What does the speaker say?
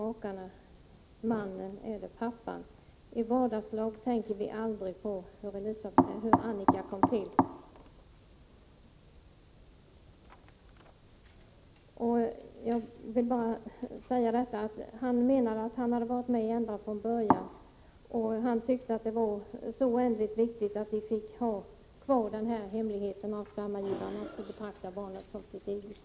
Makarna säger i artikeln: ”I vardagslag tänker vi aldrig på hur Annika kom till -——-.” Fadern menar att han har varit med ända från början, och han tycker att det är oändligt viktigt att få ha kvar hemligheten om spermagivaren och få betrakta barnet som sitt eget.